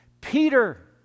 Peter